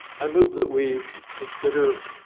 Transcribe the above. i move that we consider